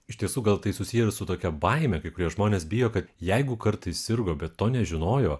iš tiesų gal tai susiję su tokia baime kai kurie žmonės bijo kad jeigu kartais sirgo bet to nežinojo